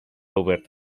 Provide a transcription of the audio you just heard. obert